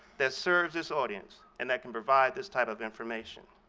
that serves this audience, and that can provide this type of information.